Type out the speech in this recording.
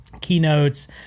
Keynotes